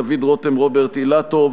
דוד רותם ורוברט אילטוב.